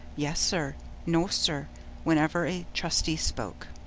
yes, sir no, sir whenever a trustee spoke.